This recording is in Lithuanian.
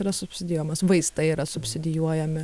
yra subsidijuojamas vaistai yra subsidijuojami